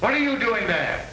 what are you doing th